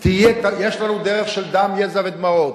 יש לנו דרך של דם, יזע ודמעות.